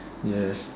ya